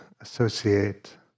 associate